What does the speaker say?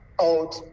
out